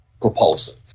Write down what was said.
propulsive